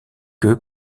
que